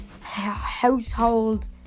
household